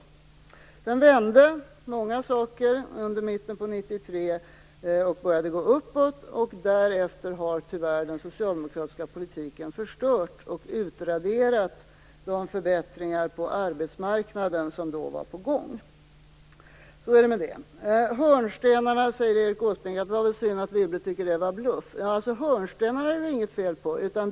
Sedan vände många saker under mitten av 1993 och började gå uppåt. Därefter har tyvärr den socialdemokratiska politiken förstört och utraderat de förbättringar på arbetsmarknaden som då var på gång. Så är det med det. Erik Åsbrink säger att det var synd att Wibble tycker att hörnstenarna var bluff. Det är inget fel på hörnstenarna.